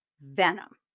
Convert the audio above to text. venom